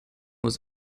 was